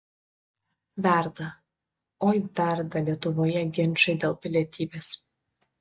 verda oi verda lietuvoje ginčai dėl pilietybės